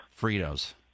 Fritos